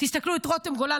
תסתכלו על רותם גולן,